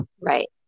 Right